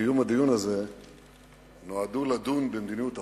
לקיום הדיון הזה נועדו לדון במדיניות החוץ,